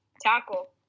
tackle